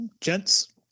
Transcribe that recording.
Gents